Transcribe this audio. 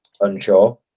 unsure